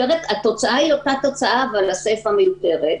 התוצאה היא אותה תוצאה, אבל הסיפה מיותרת.